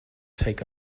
take